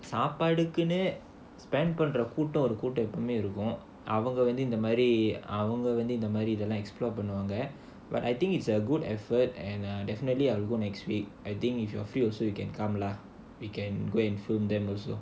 சாப்பாடுக்குனு:saappaadukkunnu spend பண்ற கூட்டம் ஒரு கூட்டம் எப்பயுமே இருக்கும் அவங்க வந்து இந்த மாதிரி:pandra kootam oru kootam eppayumae irukkum avanga vandhu indha maadhiri but I think it's a good effort and err definitely I'll go next week I think if you are free also you can come lah we can go and film them also